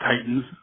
Titans